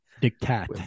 Dictate